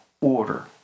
order